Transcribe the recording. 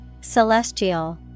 Celestial